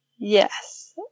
Yes